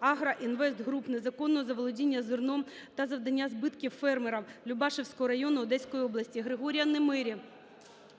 "Агроінвестгруп", незаконного заволодіння зерном та завдання збитків фермерам Любашівського району Одеської області. Григорія Немирі